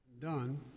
Done